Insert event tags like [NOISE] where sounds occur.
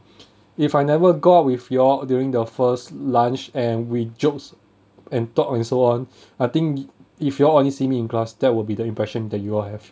[LAUGHS] if I never go out with you all during the first lunch and we jokes and talk and so on I think if you all only see me in class that will be the impression that you all have